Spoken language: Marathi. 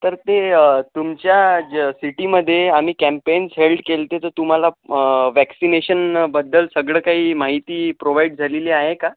तर ते तुमच्या ज सिटीमध्ये आम्ही कॅम्पेन हेल्ड केले होते तर तुम्हाला वॅक्सीनेशन बद्दल सगळं काही माहिती प्रोवाईड झालेली आहे का